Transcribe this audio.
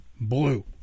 blue